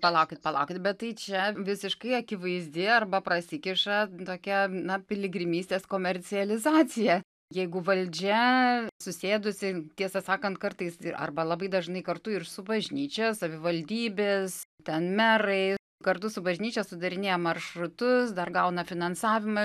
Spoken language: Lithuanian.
palaukit palaukit bet tai čia visiškai akivaizdi arba prasikiša tokia na piligrimystės komercializacija jeigu valdžia susėdusi tiesą sakant kartais arba labai dažnai kartu su bažnyčia savivaldybės ten merai kartu su bažnyčia sudarinėja maršrutus dar gauna finansavimą